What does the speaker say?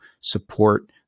support